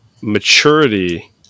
maturity